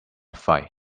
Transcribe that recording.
fight